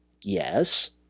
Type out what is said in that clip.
yes